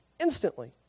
instantly